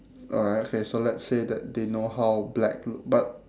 alright okay so let's say that they know how black look but